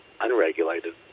unregulated